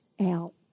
out